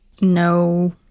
No